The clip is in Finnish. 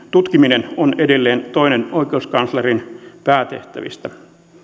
tutkiminen on edelleen toinen oikeuskanslerin päätehtävistä